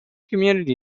community